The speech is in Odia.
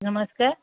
ନମସ୍କାର୍